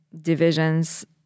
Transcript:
divisions